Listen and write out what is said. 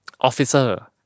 officer